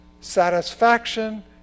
satisfaction